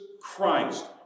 Christ